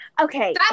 Okay